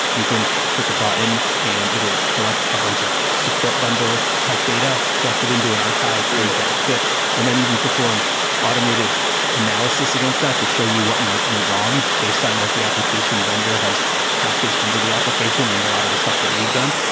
you can click a button and it'll collect a bunch of support bundle type data collected into an archive, redact it and then even perform automated analysis against that to show you what might be wrong based on what the application vendor has packaged into the application and a lot of the stuff that we've done.